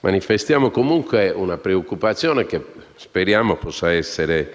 Manifestiamo comunque una preoccupazione, che speriamo possa essere